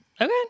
Okay